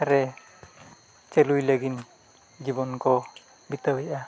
ᱨᱮ ᱪᱟᱹᱞᱩᱭ ᱞᱟᱹᱜᱤᱫ ᱡᱤᱵᱚᱱ ᱠᱚ ᱵᱤᱛᱟᱹᱣᱮᱜᱼᱟ